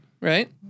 right